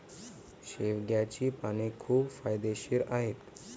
शेवग्याची पाने खूप फायदेशीर आहेत